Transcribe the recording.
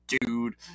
dude